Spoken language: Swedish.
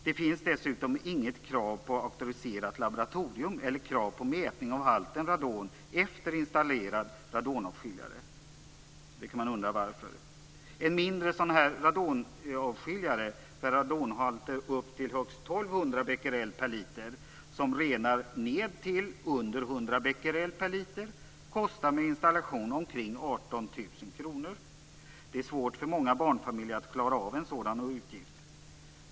Det finns dessutom inget krav på auktoriserat laboratorium eller krav på mätning av halten radon efter installerad radonavskiljare. Man kan undra varför. En mindre radonavskiljare för radonhalter upp till högst 1 200 becquerel per liter, som renar ned till under 100 becquerel per liter, kostar med installation omkring 18 000 kronor. Det är svårt för många barnfamiljer att klara av en sådan utgift.